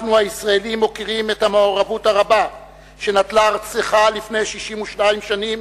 אנחנו הישראלים מוקירים את המעורבות הרבה שנטלה ארצך לפני 62 שנים,